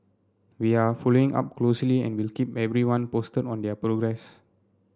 we are following up closely and will keep everyone posted on their progress